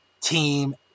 team